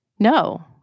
No